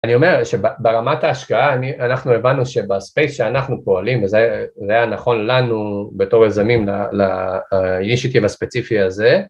אני אומר שברמת ההשקעה אנחנו הבנו שבספייס שאנחנו פועלים וזה היה נכון לנו בתור יזמים ל initiative הספציפי הזה